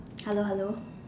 hello hello